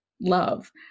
love